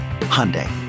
Hyundai